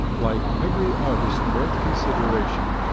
like every artist worth consideration,